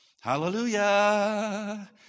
Hallelujah